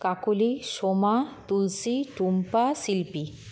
কাকলি সোমা তুলসী টুম্পা শিল্পী